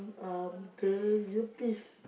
um the earpiece